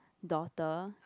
daughter